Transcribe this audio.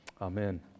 Amen